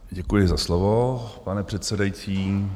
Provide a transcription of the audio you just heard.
Děkuji za slovo, pane předsedající.